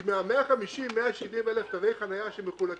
כי מה-150,000 170,000 תווי חניה שמחולקים,